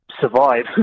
survive